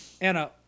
Anna